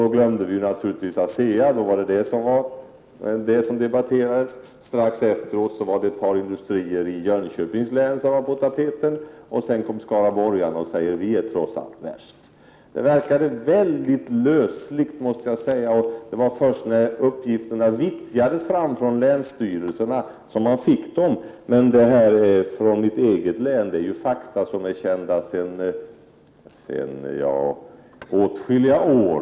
Då glömde vi naturligtvis ASEA, då var det den nya uppgiften som debatterades. Strax efteråt var det ett par industrier i Jönköpings län som var på tapeten och så kom skaraborgarna och sade: Vi är trots allt värst. Jag måste säga att det verkade mycket lösligt, och det var först när uppgifterna vittjades fram från länsstyrelserna som man kunde få dem. Uppgifterna från mitt eget län är fakta som är kända sedan åtskilliga år.